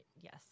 yes